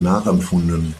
nachempfunden